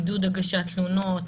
עידוד הגשת תלונות,